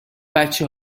بچه